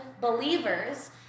believers